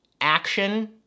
Action